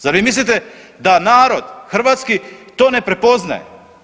Zar vi mislite da narod hrvatski to ne prepoznaje?